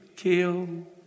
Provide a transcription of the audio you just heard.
Kill